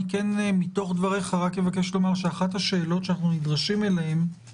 מתוך דבריך רק אבקש לומר שאחת השאלות שאנחנו נדרשים אליהן היא